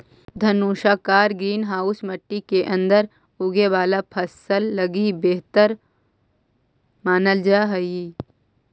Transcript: धनुषाकार greenhouse मट्टी के अंदर उगे वाला फसल लगी बेहतर मानल जा हइ